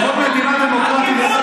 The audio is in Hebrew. בכל מדינה דמוקרטית,